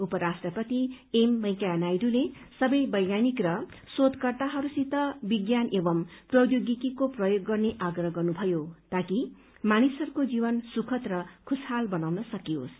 उपराष्ट्रपति एम वैंकेया नायडूले सबै वैज्ञानिक र शोधकर्ताहरूसित विज्ञान एवं प्रौद्योगिकीको प्रयोग गर्ने आग्रह गर्नुभयो ताकि मानिसहरूको जीवन सुखद र खुशहाल बनाउन सकियोस्